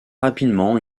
rapidement